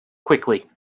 quickly